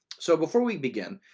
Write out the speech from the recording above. so before we begin,